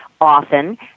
often